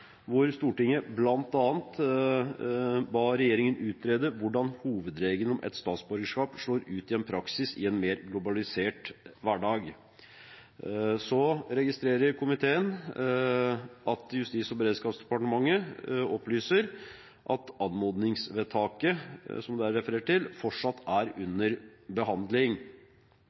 hvor Stortinget bl.a. ba regjeringen utrede hvordan hovedregelen om ett statsborgerskap slår ut i praksis i en mer globalisert hverdag. Komiteen registrerer at Justis- og beredskapsdepartementet opplyser at anmodningsvedtaket som det er referert til, fortsatt er under behandling.